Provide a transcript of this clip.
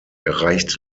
erreicht